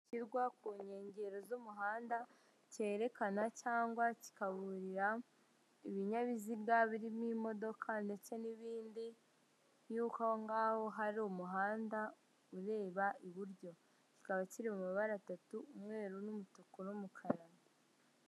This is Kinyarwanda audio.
Gishyirwa ku nkengero z'umuhanda kerekana cyangwa kikaburira ibinyabiziga birimo imodoka ndetse n'ibindi, y'uko aho ngaho hari umuhanda ureba iburyo, kikaba kiri mu mabara atatu umweru n'umutuku n'umukara.